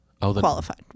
qualified